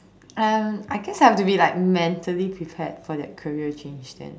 um I guess I have be like mentally prepared for that career change then